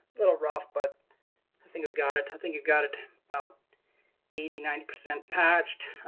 little rough, but i think i've got it. i think you've got it about eighty, ninety percent patched.